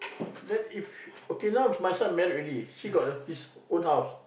then if okay now if my son married already she got a his own house